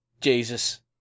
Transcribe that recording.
Jesus